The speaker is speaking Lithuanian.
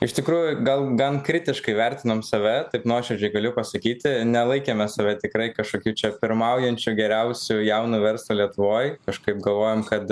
iš tikrųjų gal gan kritiškai vertinom save taip nuoširdžiai galiu pasakyti nelaikėme save tikrai kažkokiu čia pirmaujančiu geriausiu jaunu verslu lietuvoj kažkaip galvojam kad